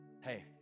Hey